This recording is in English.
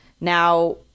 Now